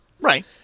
right